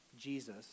Jesus